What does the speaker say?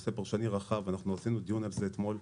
זה נושא פרשני רחב ואנחנו עשינו דיון על זה אתמול,